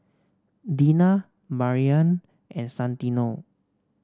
Dina Maryanne and Santino